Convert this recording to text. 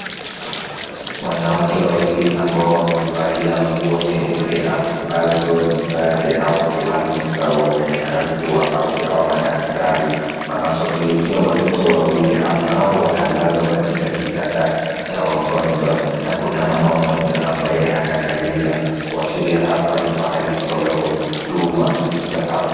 Wanawake wawili ambao wamevalia nguo nyeupe ambazo ni sale au nguo maalum za wafanyikazi wa afya au madaktari wanawashughulikia watoto wawili ambao wanalazwa katika kitanda cha wagonjwa na kuna mama mmoja ambaye anaangalia, kuashiria hapa ni pahali pa kutolewa huduma za afya.